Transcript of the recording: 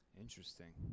Interesting